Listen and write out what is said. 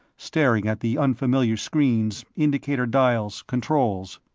staring at the unfamiliar screens, indicator dials, controls.